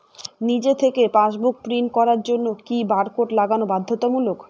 নিজে থেকে passbook print করার জন্য কি বারকোড লাগানো বাধ্যতামূলক?